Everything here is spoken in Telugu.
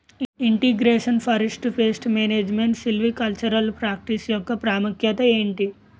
ఇంటిగ్రేషన్ పరిస్ట్ పేస్ట్ మేనేజ్మెంట్ సిల్వికల్చరల్ ప్రాక్టీస్ యెక్క ప్రాముఖ్యత ఏంటి